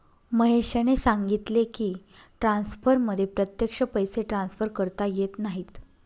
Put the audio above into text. महेशने सांगितले की, ट्रान्सफरमध्ये प्रत्यक्ष पैसे ट्रान्सफर करता येत नाहीत